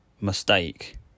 mistake